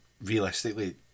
Realistically